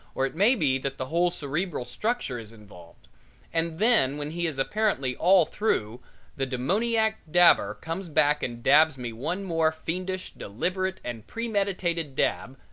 or it may be that the whole cerebral structure is involved and then when he is apparently all through the demoniac dabber comes back and dabs me one more fiendish, deliberate and premeditated dab,